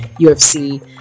ufc